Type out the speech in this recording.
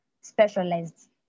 specialized